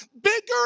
bigger